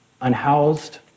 unhoused